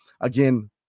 Again